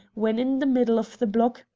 when in the middle of the block,